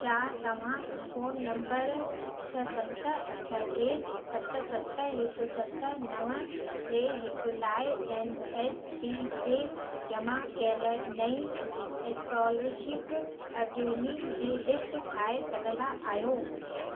छा तव्हां phone number छह सत अठ टे सत सत हिकु सत नव टे हिकु लाइ एन एस पी ते जमा कयलु नईं स्कोलरशिप अर्ज़ियुनि जी लिस्ट ठाहे सघंदा आहियो